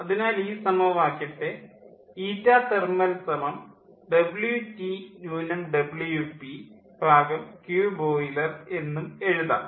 അതിനാൽ ഈ സമവാക്യത്തെ thermalWT WP Qboiler എന്നും എഴുതാം